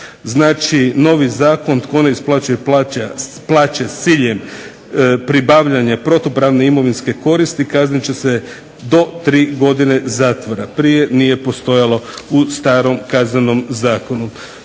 Znači novi Zakon tko ne isplaćuje plaće s ciljem pribavljanja protupravne imovinske koristi kazniti će se do tri godine zatvora prije nije postojalo u starom Kaznenom zakonu.